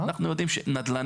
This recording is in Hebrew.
אנחנו יודעים שנדל"נית